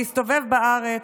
להסתובב בארץ,